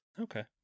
Okay